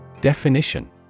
Definition